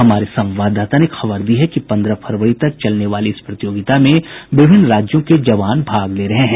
हमारे संवाददाता ने खबर दी है कि पन्द्रह फरवरी तक चलने वाली इस प्रतियोगिता में विभिन्न राज्यों के जवान भाग ले रहे हैं